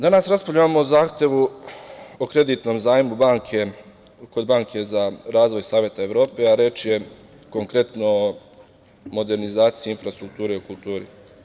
Danas raspravljamo o zahtevu o kreditnom zajmu kod banke za razvoj Saveta Evrope, a reč je, konkretno, o modernizaciji infrastrukture u kulturi.